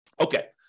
Okay